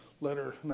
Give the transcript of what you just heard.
letter